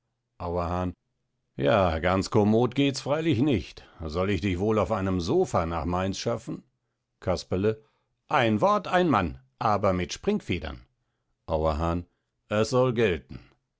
auerhahn ja ganz commod gehts freilich nicht ich soll dich wohl auf einem sopha nach mainz schaffen casperle ein wort ein mann aber mit springfedern auerhahn es soll gelten